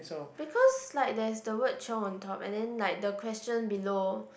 because like there's the word chiong on top and then like the question below